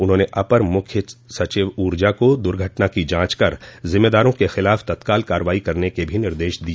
उन्होंने अपर मुख्य सचिव ऊर्जा को दुर्घटना की जांच कर जिम्मेदारों के खिलाफ तत्काल कार्रवाई करने के भी निर्देश दिए